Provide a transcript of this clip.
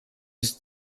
ist